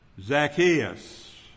Zacchaeus